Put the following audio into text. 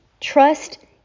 Trust